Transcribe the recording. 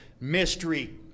mystery